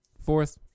Fourth